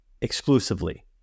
exclusively